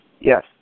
Yes